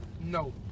No